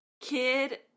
kid